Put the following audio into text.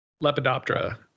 Lepidoptera